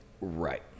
Right